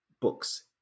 books